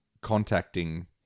contacting